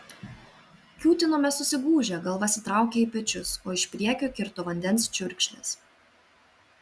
kiūtinome susigūžę galvas įtraukę į pečius o iš priekio kirto vandens čiurkšlės